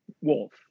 Wolf